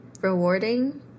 rewarding